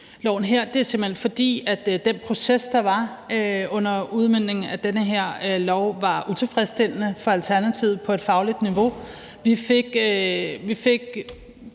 her, er simpelt hen, at den proces, der var under udmøntningen af den her lov, var utilfredsstillende for Alternativet på et fagligt niveau. Vi fik